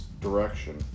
direction